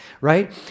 right